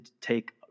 take